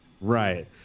Right